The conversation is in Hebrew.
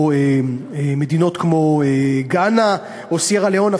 או מדינות כמו גאנה או סיירה-לאון,